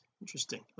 interesting